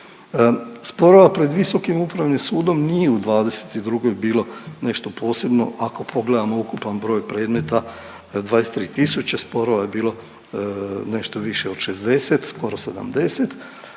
Sporova pred Visokim upravnim sudom nije u '22. bilo nešto posebno ako pogledamo ukupan broj predmeta, 23 tisuće, sporova je bilo nešto više od 60, skoro 70